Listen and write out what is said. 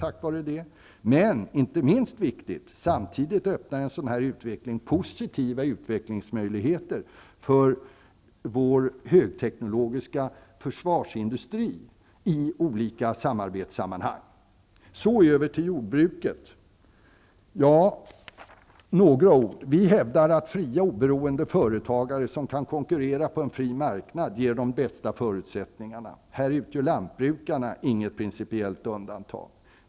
Inte minst är det viktigt att en sådan här utveckling samtidigt öppnar positiva utvecklingsmöjligheter för vår högteknologiska försvarsindustri i olika samarbetssammanhang. Så några ord om jordbruket. Vi hävdar att fria, oberoende företagare som kan konkurrera på en fri marknad ger de bästa förutsättningarna. Härvid utgör lantbrukarna inget principiellt undantag.